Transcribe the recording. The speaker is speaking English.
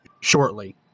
shortly